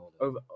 over